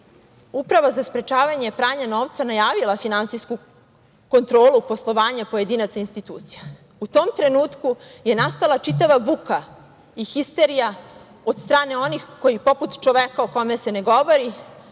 Uprava za sprečavanje pranja novca najavila finansijsku kontrolu poslovanja pojedinaca i institucija, u tom trenutku je nastala čitava buka i histerija od strane onih koji, poput čoveka o kome se ne govori,